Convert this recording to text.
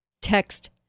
text